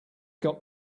got